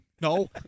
no